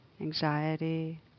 anxiety